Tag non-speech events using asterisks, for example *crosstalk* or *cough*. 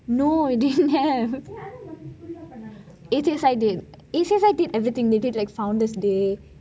no we didn't have *laughs* A_C_S_I did A_C_S_I did everything they did everything like founders day